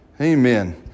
Amen